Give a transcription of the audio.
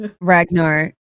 Ragnar